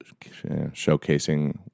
showcasing